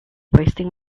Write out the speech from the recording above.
wasting